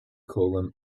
call